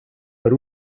per